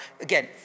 again